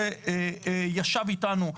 שישב איתנו,